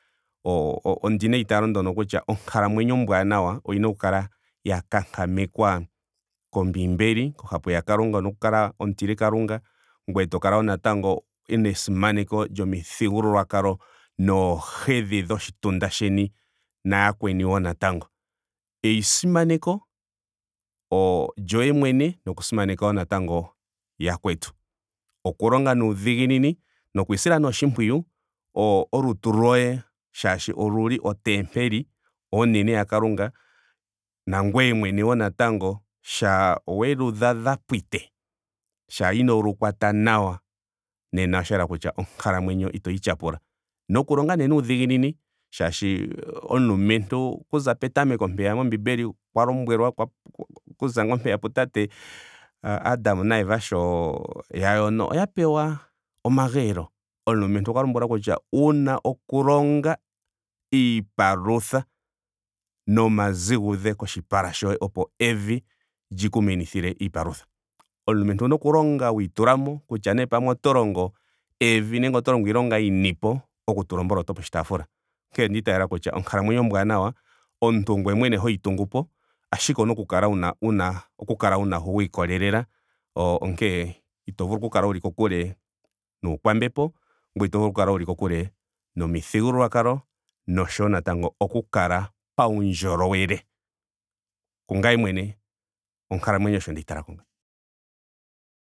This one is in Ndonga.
Oo- o- ndina eitaali ndono kutya onkalamwenyo ombwaanawa oyina oku kala ya kankamekwa kombiimbeli. kohapu ya kalunga. wuna oku kala omutili kalunga. ngoye to kala wo natango wuna esimaneko lomithigululwakalo noohedhi dhoshitunda sheni nayakweni wo natango eisimaneko o lyoye mwene noku simaneka wo natango yakwetu. Okulonga nuudhiginini. noku isila nee oshimpwiyu. o- olutu lyoye molwaashoka oluli otempeli onene ya kalunga nangweye mwene wo natango shampa welu dhadhapwite. shampa inoo lu kwata nawa nena osha yela kutya onkalamwenyo itoyi tyapula. Nokulonga nee nuudhiginini shaashi omulumentu okuza petameko mpeya mombiimbeli okwa lombwelwa okwa okuza ngaa mpeya pu tate adam na eva sho ya yono. oya pewa omageelo. Omulumentu okwa lombwelwa kutya wuna oku longa iipalutha nomazigudhe koshipala shoye opo evi liku menithile iipalutha. Omulumentu owuna oku longa wiitulamo. kutya nee pamwe oto longo evi nenge oto longo iilonga yinipo okutula omboloto poshitaafula. Onkene onda itayela kutya onkalamwenyo ombwaanawa omuntu ongweye mwene hoyi tungupo ashike owuna oku kala wuna wuna wuna oku kala wa ikolelela o- o onkene ito vulu oku kala wuli kokule nuukwambepo. ngweye ito vulu wu kale wuli kokule nomithigululwakalo oshowo natango oku kala paundjolowele. Kungame mwene onkalamwenyo osho ndeyi talako ngawo.